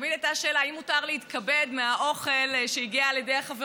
תמיד הייתה השאלה אם מותר להתכבד באוכל שהגיע לחברות,